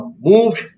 moved